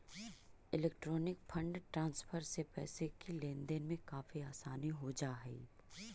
electronic fund transfer से पैसे की लेन देन में काफी आसानी हो जा हई